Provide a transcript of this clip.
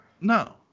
No